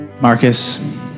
Marcus